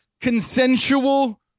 consensual